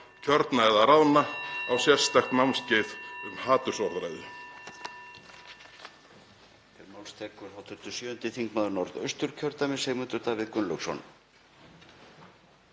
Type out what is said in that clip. kjörna eða ráðna, á sérstakt námskeið um hatursorðræðu.